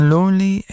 Lonely